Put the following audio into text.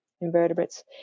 invertebrates